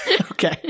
okay